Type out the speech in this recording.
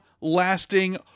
lasting